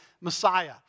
Messiah